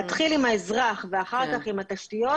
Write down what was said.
להתחיל עם האזרח ואחר כך עם תשתיות